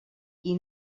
qui